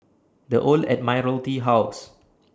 The Old Admiralty House